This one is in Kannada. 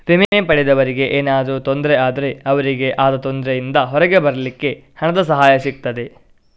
ವಿಮೆ ಪಡೆದವರಿಗೆ ಏನಾದ್ರೂ ತೊಂದ್ರೆ ಆದ್ರೆ ಅವ್ರಿಗೆ ಆದ ತೊಂದ್ರೆಯಿಂದ ಹೊರಗೆ ಬರ್ಲಿಕ್ಕೆ ಹಣದ ಸಹಾಯ ಸಿಗ್ತದೆ